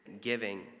giving